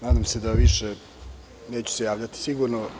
Nadam se da se više neću javljati sigurno.